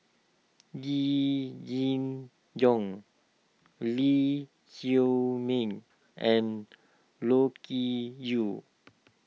Yee Jenn Jong Lee Chiaw Meng and Loke Yew